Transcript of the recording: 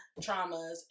traumas